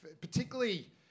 Particularly